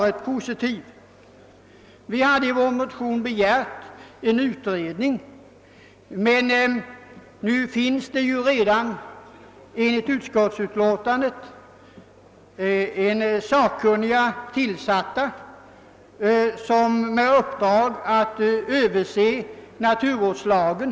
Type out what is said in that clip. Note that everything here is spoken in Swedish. I motionen hade vi begärt en utredning, men enligt utskottsutlåtandet finns det redan sakkunniga tillsatta med uppdrag att överse naturvårdslagen.